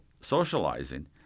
socializing